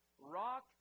Rock